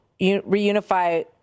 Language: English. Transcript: reunify